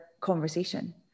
conversation